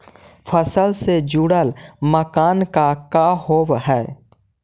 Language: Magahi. फसल से जुड़ल मानक का का होव हइ?